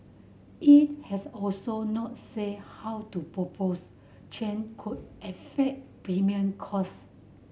it has also not said how to propose change could affect premium cost